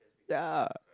yea